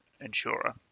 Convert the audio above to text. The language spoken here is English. insurer